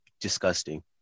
disgusting